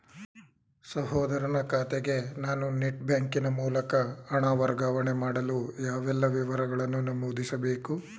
ಸಹೋದರನ ಖಾತೆಗೆ ನಾನು ನೆಟ್ ಬ್ಯಾಂಕಿನ ಮೂಲಕ ಹಣ ವರ್ಗಾವಣೆ ಮಾಡಲು ಯಾವೆಲ್ಲ ವಿವರಗಳನ್ನು ನಮೂದಿಸಬೇಕು?